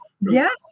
Yes